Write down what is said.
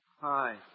Hi